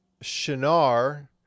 Shinar